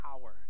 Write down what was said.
power